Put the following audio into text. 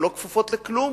הן לא כפופות לכלום,